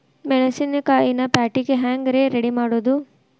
ಮೆಣಸಿನಕಾಯಿನ ಪ್ಯಾಟಿಗೆ ಹ್ಯಾಂಗ್ ರೇ ರೆಡಿಮಾಡೋದು?